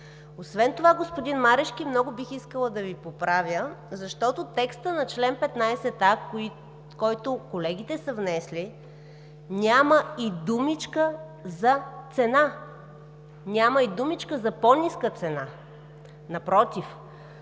Освен това, господин Марешки, много бих искала да Ви поправя, защото в текста на чл. 15а, който колегите са внесли, няма и думичка за цена. Няма и думичка за по-ниска цена! Напротив,